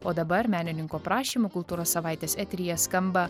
o dabar menininko prašymu kultūros savaitės eteryje skamba